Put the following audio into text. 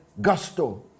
gusto